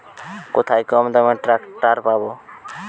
কোথায় কমদামে ট্রাকটার পাব?